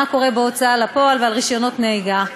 שקורה בהוצאה לפועל ועל רישיונות נהיגה.